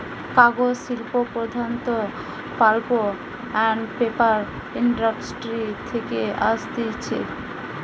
কাগজ শিল্প প্রধানত পাল্প আন্ড পেপার ইন্ডাস্ট্রি থেকে আসতিছে